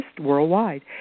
worldwide